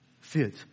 fit